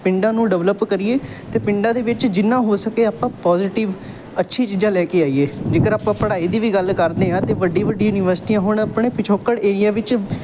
ਪਿੰਡਾਂ ਨੂੰ ਡਿਵਲਪ ਕਰੀਏ ਅਤੇ ਪਿੰਡਾਂ ਦੇ ਵਿੱਚ ਜਿੰਨਾ ਹੋ ਸਕੇ ਆਪਾਂ ਪੋਜੀਟਿਵ ਅੱਛੀ ਚੀਜ਼ਾਂ ਲੈ ਕੇ ਆਈਏ ਜੇਕਰ ਆਪਾਂ ਪੜ੍ਹਾਈ ਦੀ ਵੀ ਗੱਲ ਕਰਦੇ ਹਾਂ ਤਾਂ ਵੱਡੀ ਵੱਡੀ ਯੂਨੀਵਰਸਿਟੀਆਂ ਹੁਣ ਆਪਣੇ ਪਿਛੋਕੜ ਏਰੀਏ ਵਿੱਚ